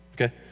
Okay